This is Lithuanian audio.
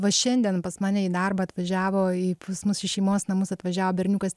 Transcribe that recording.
va šiandien pas mane į darbą atvažiavo į pas mus į šeimos namus atvažiavo berniukas